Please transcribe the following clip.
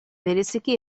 bereziki